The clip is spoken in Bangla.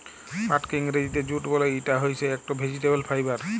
পাটকে ইংরজিতে জুট বল, ইটা হইসে একট ভেজিটেবল ফাইবার